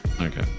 Okay